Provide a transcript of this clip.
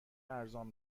ارزان